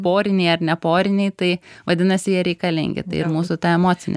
poriniai ir neporiniai tai vadinasi jie reikalingi tai ir mūsų ta emocinė